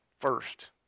first